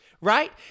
right